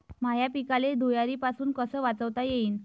माह्या पिकाले धुयारीपासुन कस वाचवता येईन?